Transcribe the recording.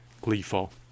gleeful